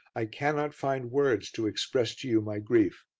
i cannot find words to express to you my grief.